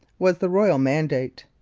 was the royal mandate.